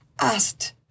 asked